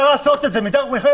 אבל אני חושב שנתת פריסה מלאה.